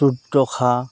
দুৰ্দশা